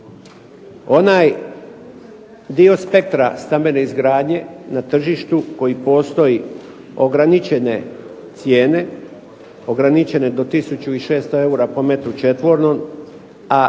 onaj dio spektra stambene izgradnje na tržištu koji postoji ograničene cijene, ograničene do tisuću 600 eura po metru četvornom, a